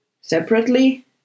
separately